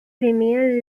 premier